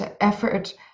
effort